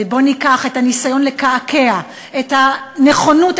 ובואו ניקח את הניסיון לקעקע את הנכונות,